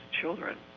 children